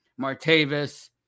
martavis